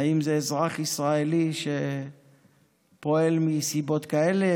האם זה אזרח ישראלי שפועל מסיבות כאלה,